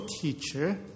teacher